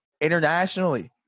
internationally